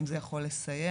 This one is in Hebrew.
האם זה יכול לסייע.